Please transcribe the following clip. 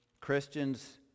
Christians